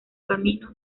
camino